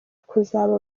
kuzaba